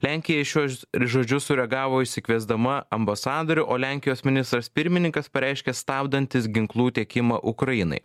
lenkija šiuos žodžius sureagavo išsikviesdama ambasadorių o lenkijos ministras pirmininkas pareiškė stabdantis ginklų tiekimą ukrainai